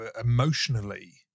emotionally